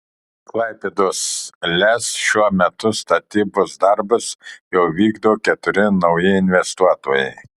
klaipėdos lez šiuo metu statybos darbus jau vykdo keturi nauji investuotojai